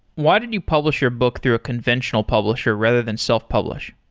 why did you publish your book through a conventional publisher, rather than self-publish?